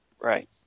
Right